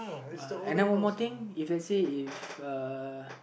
uh and then one more thing if let's say if uh